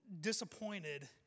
disappointed